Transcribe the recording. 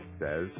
says